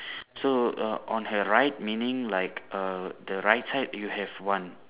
so err on her right meaning like err the right side you have one